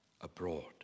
abroad